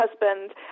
husband